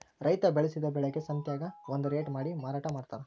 ರೈತಾ ಬೆಳಸಿದ ಬೆಳಿಗೆ ಸಂತ್ಯಾಗ ಒಂದ ರೇಟ ಮಾಡಿ ಮಾರಾಟಾ ಮಡ್ತಾರ